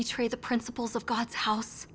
betray the principles of god's house